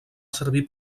servir